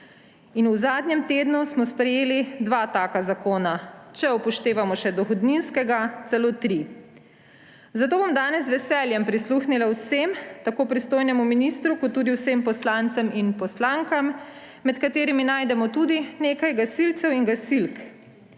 V zadnjem tednu smo sprejeli dva taka zakona, če upoštevamo še dohodninskega celo tri. Zato bom danes z veseljem prisluhnila vsem, tako pristojnemu ministru kot tudi vsem poslankam in poslancem, med katerimi najdemo tudi nekaj gasilcev in gasilk.